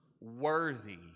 worthy